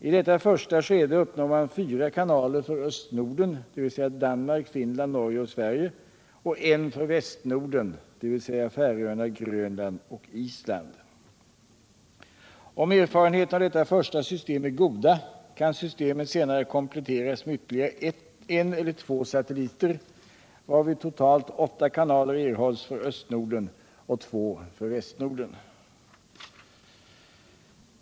I detta första skede uppnår man fyra kanaler för Östnorden, dvs. Danmark, Finland, Norge och Sverige, och en för Västnorden, dvs. Färöarna, Grönland och Island. Om erfarenheterna av detta första system är goda kan systemet senare kompletteras med ytterligare en eller två satelliter, varvid totalt åtta kanaler erhålls för Östnorden och två för Västnorden.